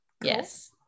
Yes